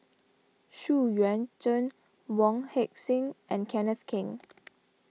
Xu Yuan Zhen Wong Heck Sing and Kenneth Keng